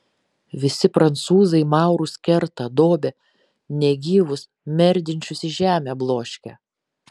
visi prancūzai maurus kerta dobia negyvus merdinčius į žemę bloškia